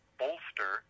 bolster